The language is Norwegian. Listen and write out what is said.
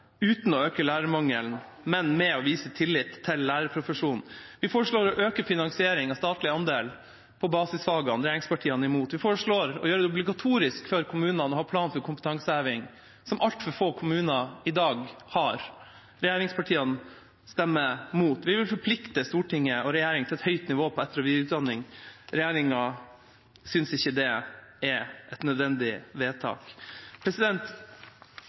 uten å øke lærermangelen, men ved å vise tillit til lærerprofesjonen. Vi foreslår å øke statlig andel av finansieringen av videreutdanning i basisfagene. Regjeringspartiene er imot. Vi foreslår – sammen med Sosialistisk Venstreparti – å gjøre det obligatorisk for kommunene å ha en plan for kompetanseheving, som altfor få kommuner i dag har. Regjeringspartiene stemmer imot. Vi vil forplikte Stortinget og regjeringa til et høyt nivå på etter- og videreutdanningen. Regjeringa synes ikke det er et nødvendig vedtak.